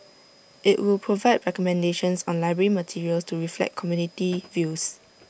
IT will provide recommendations on library materials to reflect community views